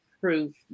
proof